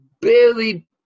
barely